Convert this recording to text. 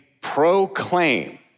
proclaim